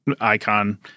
icon